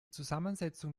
zusammensetzung